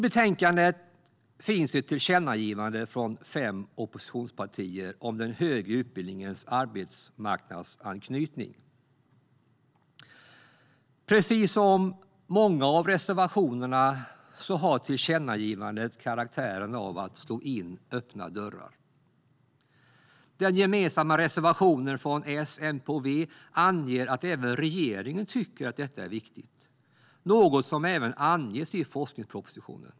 I betänkandet finns ett tillkännagivande från fem oppositionspartier om den högre utbildningens arbetsmarknadsanknytning. Precis som många av reservationerna har tillkännagivandet karaktären av att slå in öppna dörrar. Den gemensamma reservationen från S, MP och V anger att även regeringen tycker att detta är viktigt, något som också anges i forskningspropositionen.